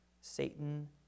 Satan